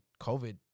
COVID